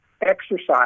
exercise